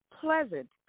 pleasant